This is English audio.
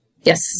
Yes